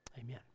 amen